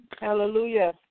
Hallelujah